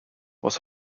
was